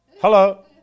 Hello